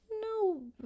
no